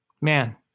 Man